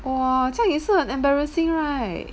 !wah! 这样也是很 embarrassing right